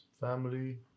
family